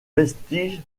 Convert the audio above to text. vestiges